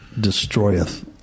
destroyeth